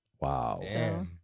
Wow